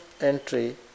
entry